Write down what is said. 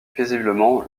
paisiblement